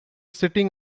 sitting